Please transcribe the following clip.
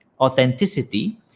authenticity